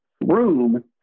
room